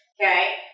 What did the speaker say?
Okay